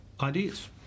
ideas